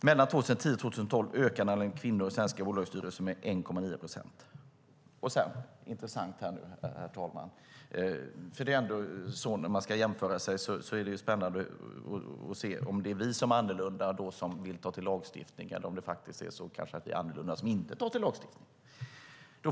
Mellan 2010 och 2012 ökade andelen kvinnor i svenska bolagsstyrelser med endast 1,9 procentenheter." Sedan står det något intressant, herr talman. Det är ändå så när man ska jämföra sig att det är spännande att se om det är vi som är annorlunda som vill ta till lagstiftning eller om det kanske faktiskt är så att vi är annorlunda som inte tar till lagstiftning.